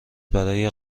برای